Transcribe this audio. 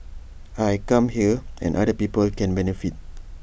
I come here and other people can benefit